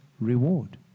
reward